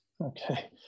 okay